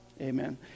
Amen